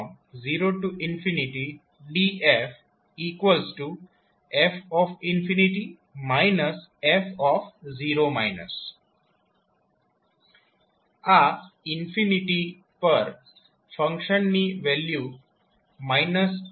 આ પર ફંક્શનની વેલ્યુ માઇનસ 0 પર ફંક્શનની વેલ્યુ બનશે